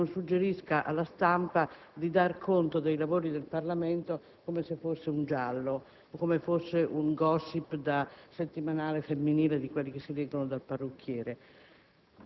che non suggerisca alla stampa di dare conto dei lavori del Parlamento come se fosse un giallo, un *gossip* da settimanale femminile di quelli che si leggono dal parrucchiere.